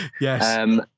Yes